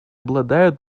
обладают